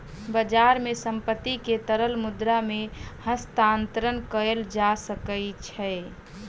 बजार मे संपत्ति के तरल मुद्रा मे हस्तांतरण कयल जा सकै छै